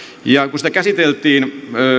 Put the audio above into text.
kun sitä käsiteltiin